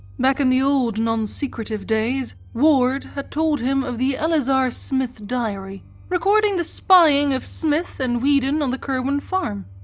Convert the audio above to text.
back in the old non-secretive days ward had told him of the eleazar smith diary recording the spying of smith and weeden on the curwen farm,